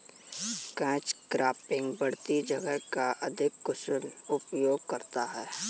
catch cropping बढ़ती जगह का अधिक कुशल उपयोग करता है